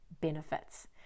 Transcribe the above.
benefits